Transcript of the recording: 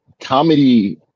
comedy